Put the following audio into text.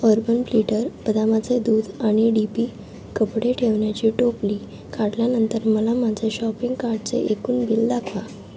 urban platter बदामाचे दूध आणि डी पी कपडे ठेवण्याची टोपली काढल्यानंतर मला माझ्या शॉपिंग कार्टचे एकूण बिल दाखवा